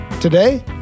Today